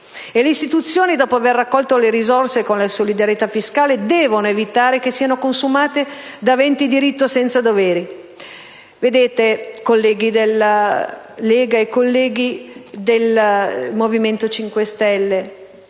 le istituzioni, dopo aver raccolto le risorse con la solidarietà fiscale, devono evitare che siano consumate da aventi diritto senza doveri.